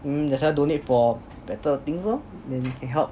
mm so that's why donate for better things lor then can help